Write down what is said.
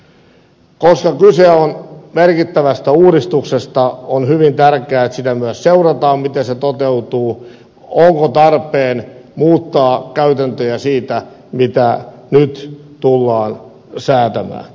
koska kyse on merkittävästä uudistuksesta on hyvin tärkeää että sen toteutumista myös seurataan onko tarpeen muuttaa käytäntöjä siitä mitä nyt tullaan säätämään